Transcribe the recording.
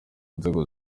nzego